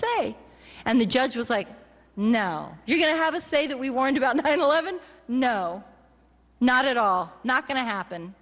say and the judge was like now you're going to have a say that we warned about nine eleven no not at all not going to happen